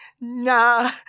Nah